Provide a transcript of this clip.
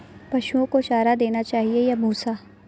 पशुओं को चारा देना चाहिए या भूसा?